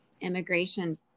immigration